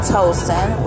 Tolson